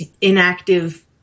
inactive